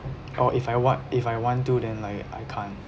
or if I want if I want to then like I can't